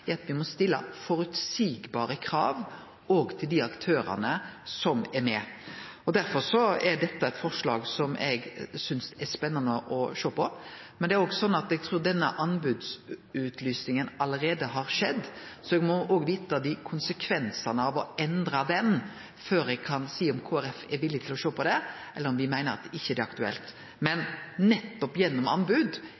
er at me må stille føreseielege krav òg til dei aktørane som er med. Derfor er dette eit forslag som eg synest er spennande å sjå på, men det er òg sånn at eg trur denne anbodsutlysinga allereie har skjedd, så eg må vite konsekvensane av å endre ho før eg kan seie om Kristeleg Folkeparti er villig til å sjå på det, eller om me meiner at det ikkje er aktuelt. Men